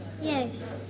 Yes